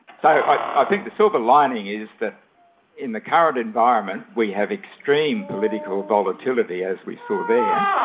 so i think the silver lining is that in the current environment we have extreme political volatility, as we saw there,